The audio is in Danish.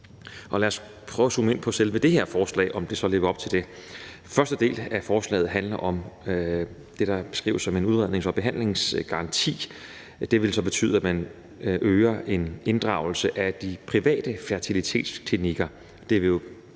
Lad os prøve at zoome ind på selve det her forslag for at se, om det lever op til det. Første del af forslaget handler om det, der beskrives som en udrednings- og behandlingsgaranti, og det vil så betyde, at man øger inddragelsen af de private fertilitetsklinikker,